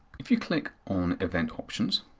if you click on event options,